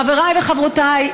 חבריי וחברותיי,